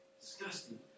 disgusting